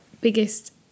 biggest